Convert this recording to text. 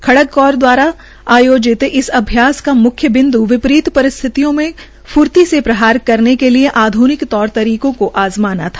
खडक कोर दवारा आयोजित इस अभ्यास का मुख्य बिन्द् विपरीत परिस्थितियों में फर्ती के प्रहार करने के लिये आध्निक तौर तरीकों को आज़ाना था